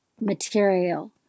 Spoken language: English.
material